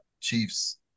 Chiefs